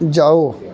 ਜਾਓ